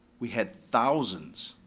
we had thousands